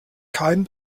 keinen